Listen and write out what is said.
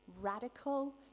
radical